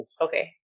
Okay